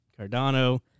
cardano